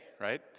right